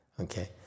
okay